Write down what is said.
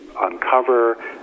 uncover